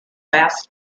bas